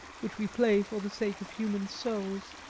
which we play for the stake of human souls.